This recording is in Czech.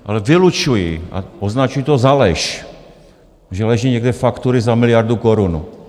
Ale vylučuji a označuji to za lež, že leží někde faktury za miliardu korun.